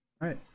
Right